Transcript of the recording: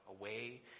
away